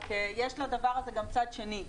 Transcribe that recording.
רק שיש לדבר הזה גם צד שני.